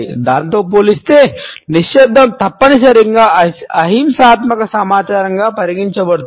దానితో పోలిస్తే నిశ్శబ్దం తప్పనిసరిగా అహింసాత్మక సమాచారంగా పరిగణించబడుతుంది